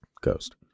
ghost